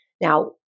Now